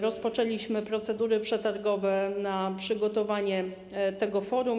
Rozpoczęliśmy procedury przetargowe na przygotowanie tego forum.